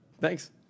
thanks